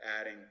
adding